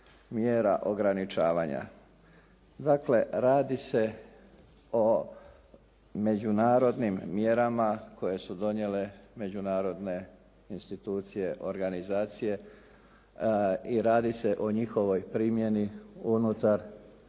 mjera ograničavanja. Dakle, radi se o međunarodnim mjerama koje su donijele međunarodne institucije organizacije i radi se o njihovoj primjeni unutar